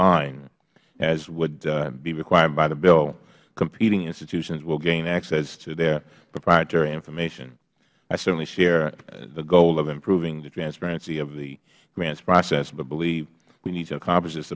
line as would be required by the bill competing institutions will gain access to their proprietary information i certainly share the goal of improving the transparency of the grants process but believe we need to accomplish this